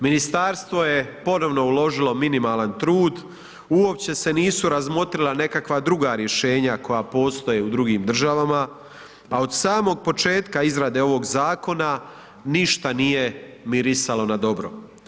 Ministarstvo je ponovno uložilo minimalan trud, uopće se nisu razmotrila nekakva druga rješenja koja postoje u drugim državama, a od samog početka izrade ovog zakona ništa nije mirisalo na dobro.